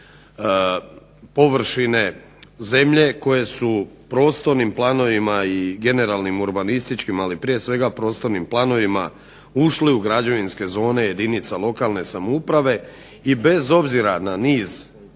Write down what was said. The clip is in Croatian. površine zemlje koje su u prostornim planovima i generalnim urbanističkim ali prije svega prostornim planovima ušli u građevinske zone jedinica lokalne samouprave i bez obzira na niz